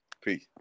Peace